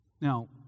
Now